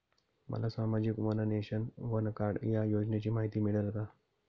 मला सामाजिक one nation, one card या योजनेची माहिती मिळेल का?